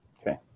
Okay